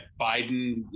Biden